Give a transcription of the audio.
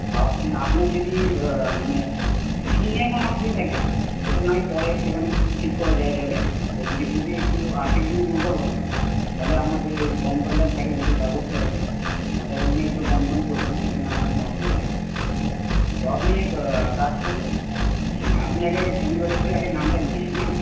তো আপনি আপনার যদি মানে ফি নিয়ে কোন অসুবিধা থাকে সেটা না হয় পরে একটুখানি ঠিক করে দেওয়া যাবে ওটা যদি খুবই একটু আর্থিক দিকে দুর্বল হন তাহলে আমাদের ওই কম্পাউন্ডার থাকবে বিশেষ ব্যবস্থা আছে অর্থাৎ উনি একটু কমসম করে দেবেন সেটা নিয়ে আপনার কোন অসুবিধা নেই তো আপনি এক কাজ করুন আপনি আগে শনিবার এসে আগে নামটা লিখিয়ে যান হ্যাঁ